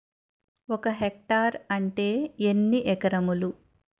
ఒక హెక్టార్ అంటే ఎన్ని ఏకరములు?